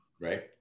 right